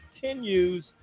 continues